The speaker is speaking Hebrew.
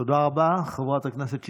תודה רבה, חברת הכנסת שטרית.